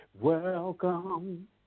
welcome